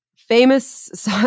Famous